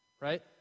right